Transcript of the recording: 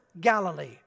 Galilee